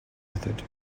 method